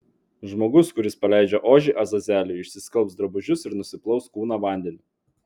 žmogus kuris paleidžia ožį azazeliui išsiskalbs drabužius ir nusiplaus kūną vandeniu